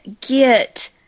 Get